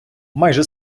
майже